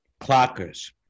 Clockers